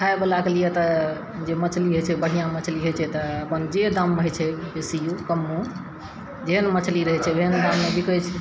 खाय बला कऽ लिए तऽ जे मछली होइ छै बढ़िआँ मछली होइ छै तऽ अपन जे दाम मे होइ छै बेसियो कमो जेहन मछली रहै छै ओहन दाममे बिकै छै